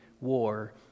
war